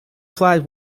flight